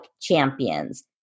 champions